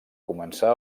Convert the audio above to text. començar